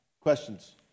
Questions